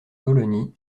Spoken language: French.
colonies